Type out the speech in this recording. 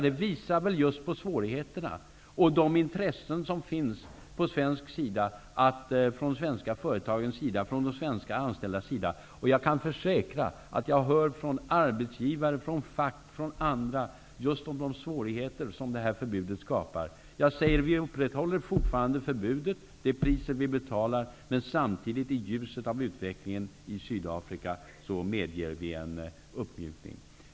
Det visar ju på svårigheterna och på det intresse som finns från svensk sida, från företag och anställda. Jag kan försäkra att jag hör från arbetsgivare, fack och andra om de svårigheter som detta förbud skapar. Vi upprätthåller fortfarande förbudet. Det är priset som vi betalar. I ljuset av utvecklingen i Sydafrika medger vi samtidigt en uppmjukning.